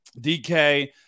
DK